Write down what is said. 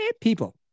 people